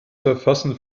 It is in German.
verfassen